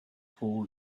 poor